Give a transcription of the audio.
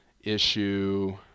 issue